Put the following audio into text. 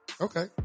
Okay